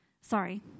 Sorry